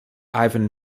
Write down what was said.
ivan